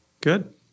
Good